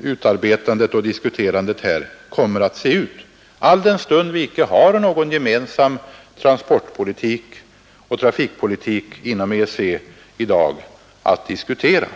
utarbetandet och diskuterandet kommer att se ut, alldenstund vi icke har någon gemensam transportpolitik och trafikpolitik inom EEC att diskutera.